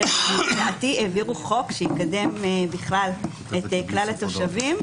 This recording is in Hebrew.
אלא שלדעתי העבירו חוק שיקדם את כלל התושבים,